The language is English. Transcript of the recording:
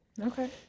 Okay